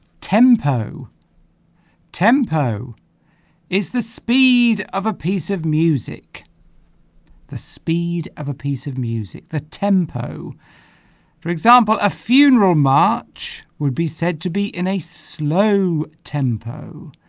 tempo tempo is the speed of a piece of music the speed of a piece of music the tempo for example a funeral march would be said to be in a slow tempo